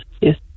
yes